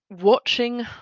watching